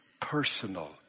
personal